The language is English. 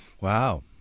Wow